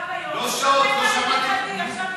גם היום, לא שעות, תקשיבי,